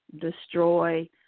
destroy